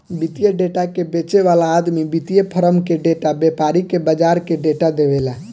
वित्तीय डेटा के बेचे वाला आदमी वित्तीय फार्म के डेटा, व्यापारी के बाजार के डेटा देवेला